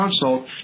consult